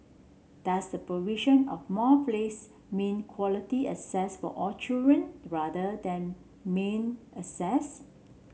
does the provision of more place mean quality access for all children rather than mere access